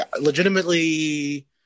Legitimately